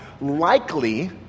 likely